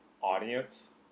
audience